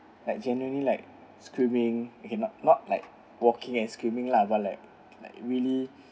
like generally like screaming okay not not like walking and screaming lah but like really